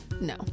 No